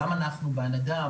בהנהגה,